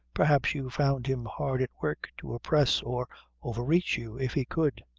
perhaps you found him hard at work to oppress or over-reach you if he could.